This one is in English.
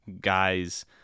guys